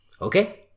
Okay